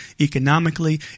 economically